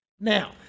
Now